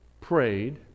prayed